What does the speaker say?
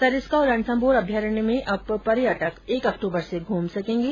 सरिस्का और रणथम्भौर अभ्यारण्य में अब पर्यटक एक अक्टूबर से घूम सकेंगे